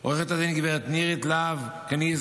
עו"ד גב' נירית להב-קניזו,